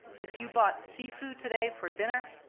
if you bought seafood today for dinner,